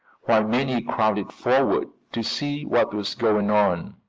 while many crowded forward to see what was going on.